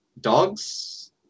dogs